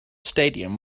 stadium